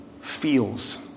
feels